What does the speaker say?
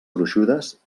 gruixudes